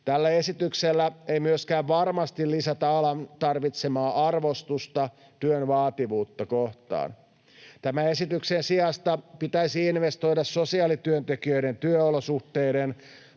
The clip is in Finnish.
Tällä esityksellä ei myöskään varmasti lisätä alan tarvitsemaa arvostusta työn vaativuutta kohtaan. Tämän esityksen sijasta pitäisi investoida sosiaalityöntekijöiden työolosuhteiden,